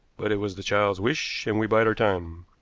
but it was the child's wish, and we bide our time.